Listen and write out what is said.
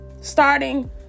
starting